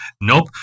Nope